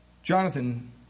Jonathan